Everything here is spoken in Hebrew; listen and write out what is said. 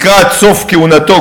לקראת סוף כהונתו,